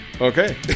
Okay